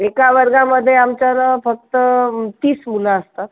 एका वर्गामध्ये आमच्या नं फक्त तीस मुलं असतात